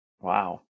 Wow